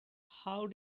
how